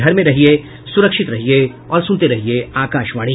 घर में रहिये सुरक्षित रहिये और सुनते रहिये आकाशवाणी